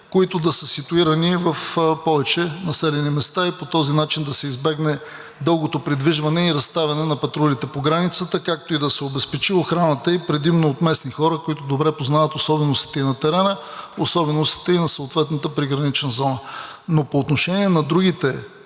които да са ситуирани в повече населени места и по този начин да се избегне дългото придвижване и разставяне на патрулите по границата, както и да се обезпечи охраната и предимно от местни хора, които добре познават особеностите и на терена, особеностите и на съответната пригранична зона. Но по отношение на другите